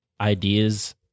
Ideas